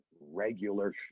regular